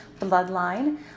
bloodline